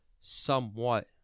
somewhat